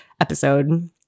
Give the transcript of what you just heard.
episode